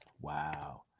Wow